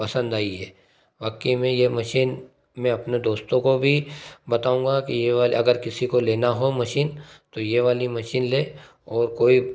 पसंद आई है वाकई में ये मशीन मैं अपने दोस्तों को भी बताऊँगा कि ये वाले अगर किसी को लेना हो मशीन तो ये वाली मशीन ले और कोई